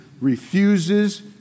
refuses